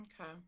Okay